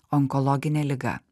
onkologinė liga